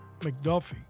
McDuffie